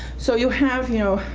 so you have, you know,